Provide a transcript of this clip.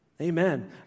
Amen